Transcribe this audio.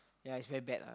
ya it's very bad lah